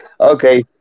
Okay